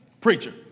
preacher